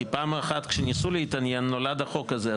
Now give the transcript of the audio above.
כי פעם אחת כשניסו להתעניין נולד החוק הזה.